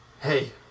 hey